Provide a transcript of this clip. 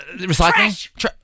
recycling